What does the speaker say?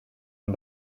and